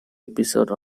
episode